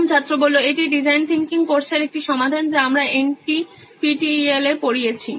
প্রথম ছাত্র এটি ডিজাইন থিংকিং কোর্সের একটি সমাধান যা আমরা এনপিটিইএল এ পড়িয়েছি